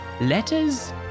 Letters